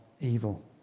evil